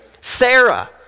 Sarah